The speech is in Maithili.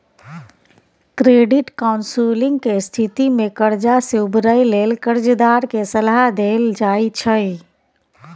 क्रेडिट काउंसलिंग के स्थिति में कर्जा से उबरय लेल कर्जदार के सलाह देल जाइ छइ